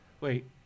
Wait